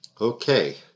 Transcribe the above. Okay